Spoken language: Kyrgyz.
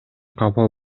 капа